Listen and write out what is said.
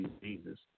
Jesus